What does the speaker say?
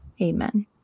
amen